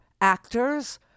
actors